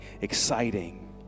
exciting